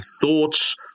thoughts